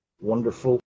Wonderful